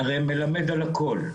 הרי מלמד על הכול,